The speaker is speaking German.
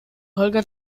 holger